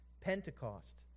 Pentecost